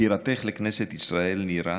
בחירתך לכנסת ישראל, נירה,